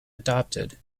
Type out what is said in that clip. adopted